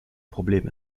problem